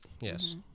yes